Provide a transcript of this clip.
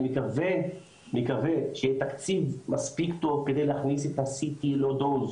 אני מקווה שיהי תקציב מספיק טוב כדי להכניס את ה- CT LOW-DOSE